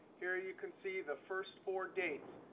here you can see the first four dates.